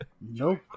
nope